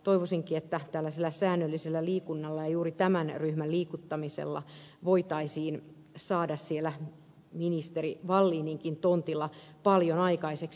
toivoisinkin että tällaisella säännöllisellä liikunnalla ja juuri tämän ryhmän liikuttamisella voitaisiin saada siellä ministeri wallininkin tontilla paljon aikaiseksi